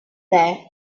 there